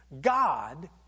God